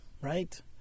Right